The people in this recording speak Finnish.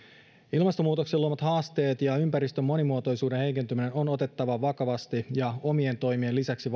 ilmastonmuutoksen luomat haasteet ja ympäristön monimuotoisuuden heikentyminen on otettava vakavasti ja omien toimien lisäksi